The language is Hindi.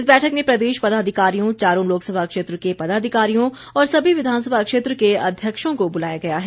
इस बैठक में प्रदेश पदाधिकारियों चारों लोकसभा क्षेत्र के पदाधिकारियों और सभी विधानसभा क्षेत्र के अध्यक्षों को बुलाया गया है